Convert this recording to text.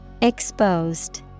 Exposed